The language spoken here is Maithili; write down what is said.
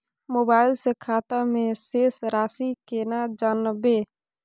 मोबाइल से खाता में शेस राशि केना जानबे?